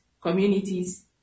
communities